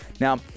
now